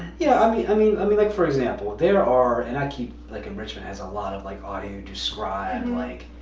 yeah i mean i mean, i mean like for example, there are. and i keep, like in richmond has a lot of like audio-described and like